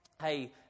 Hey